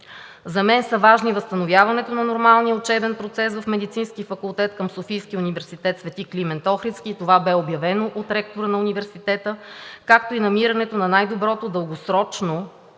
За мен са важни възстановяването на нормалния учебен процес в Медицинския факултет към Софийския университет „Свети Климент Охридски“, и това бе обявено от ректора на университета, както и намирането на най-доброто дългосрочно